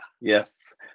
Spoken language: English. Yes